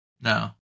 No